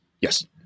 Yes